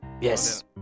Yes